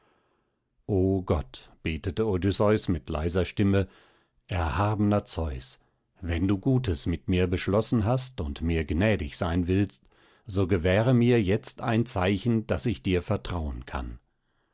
o gott betete odysseus mit leiser stimme erhabener zeus wenn du gutes mit mir beschlossen hast und mir gnädig sein willst so gewähre mir jetzt ein zeichen daß ich dir vertrauen kann